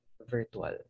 virtual